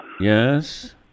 Yes